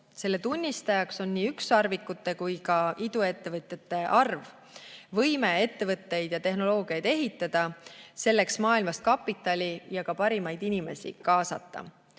Selle tunnistajaks on nii ükssarvikute kui ka iduettevõtjate arv, võime ettevõtteid ja tehnoloogiaid ehitada, selleks maailmast kapitali ja parimaid inimesi kaasata.